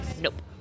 Nope